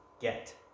get